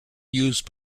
use